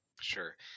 Sure